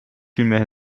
mehr